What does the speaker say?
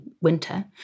winter